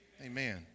Amen